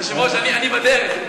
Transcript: היושב-ראש, אני בדרך.